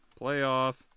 playoff